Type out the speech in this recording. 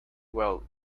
well